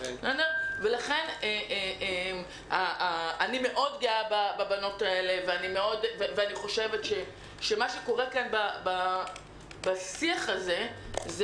אני גאה מאוד בבנות האלה ואני חושבת שמה שקורה כאן בשיח הזה הוא